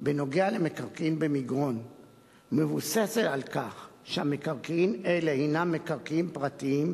בנוגע למקרקעין במגרון מבוססת על כך שמקרקעין אלה הינם מקרקעין פרטיים,